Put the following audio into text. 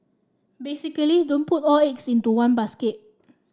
basically don't put all your eggs into one basket